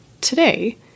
today